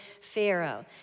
Pharaoh